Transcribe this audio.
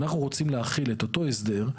אנחנו רוצים להחיל את אותו הסדר,